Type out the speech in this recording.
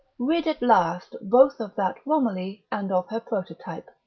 rid at last both of that romilly and of her prototype.